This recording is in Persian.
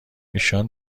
ایشان